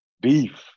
beef